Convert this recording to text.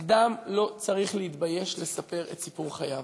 אדם לא צריך להתבייש לספר את סיפור חייו.